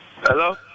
hello